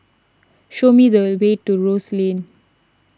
show me the way to Rose Lane